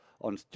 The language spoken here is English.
on